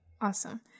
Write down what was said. Awesome